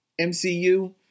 MCU